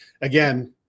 again